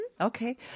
Okay